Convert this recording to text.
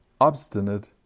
obstinate